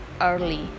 early